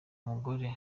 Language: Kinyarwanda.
mugore